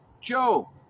Joe